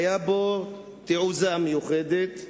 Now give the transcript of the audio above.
היו בו תעוזה מיוחדת,